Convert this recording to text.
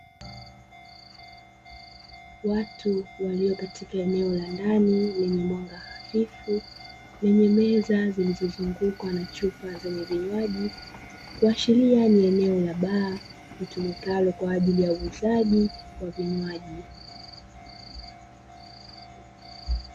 Watu walio katika eneo la ndani lenye mwanga hafifu, lenye meza zilizozungukwa na chupa zenye vinywaji kuashiria ni eneo la baa litumikalo kwa ajili ya uuzaji wa vinywaji.